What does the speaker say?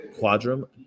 quadrum